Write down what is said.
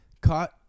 caught